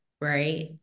right